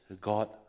God